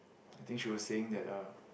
I think she was saying that uh